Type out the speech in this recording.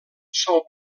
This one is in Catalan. sol